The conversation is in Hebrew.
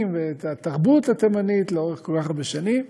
ואת התרבות התימנית לאורך כל כך הרבה שנים.